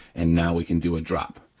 and now we can do a drop.